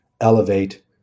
elevate